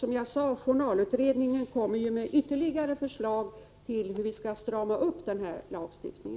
Som jag sagt kommer journalutredningen med ytterligare förslag om hur lagstiftningen kan stramas upp ytterligare.